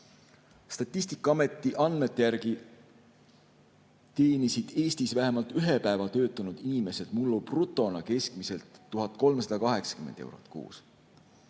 Statistikaameti andmete järgi teenisid Eestis vähemalt ühe päeva töötanud inimesed mullu brutona keskmiselt 1380 eurot kuus.